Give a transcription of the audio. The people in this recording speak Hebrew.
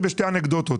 בשתי אנקדוטות.